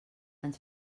ens